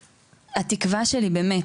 התקווה שלי באמת,